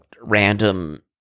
random